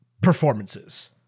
performances